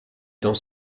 dans